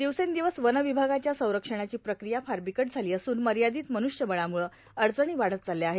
दिवसेंदिवस वनविभागाच्या संरक्षणाची प्रक्रिया फार बिकट झाली असून मर्यादित मनुष्यबळामुळं अडचणी वाढत चालल्या आहेत